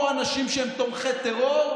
לא שיעמדו פה אנשים שהם תומכי טרור,